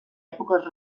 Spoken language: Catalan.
èpoques